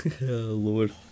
Lord